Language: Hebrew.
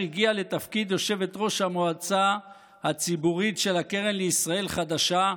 הגיעה לתפקיד יושבת-ראש המועצה הציבורית של הקרן החדשה לישראל,